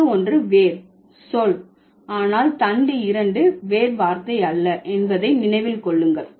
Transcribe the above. தண்டு ஒன்று வேர் சொல் ஆனால் தண்டு இரண்டு வேர் வார்த்தை அல்ல என்பதை நினைவில் கொள்ளுங்கள்